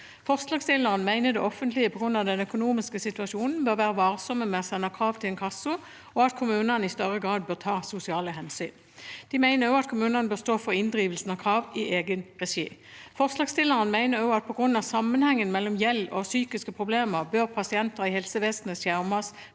Forslagsstillerne mener at det offentlige på grunn av den økonomiske situasjonen bør være varsom med å sende krav til inkasso, og at kommunene i større grad bør ta sosiale hensyn. De mener også at kommunene bør stå for inndrivelse av krav i egen regi. Forslagsstillerne mener at på grunn av sammenhengen mellom gjeld og psykiske problemer bør pasienter i helsevesenet skjermes